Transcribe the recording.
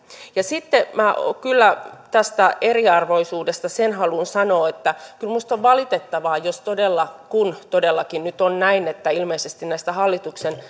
sitten minä kyllä tästä eriarvoisuudesta sen haluan sanoa että kyllä minusta on valitettavaa jos todella kun todellakin nyt on näin että ilmeisesti näissä hallituksen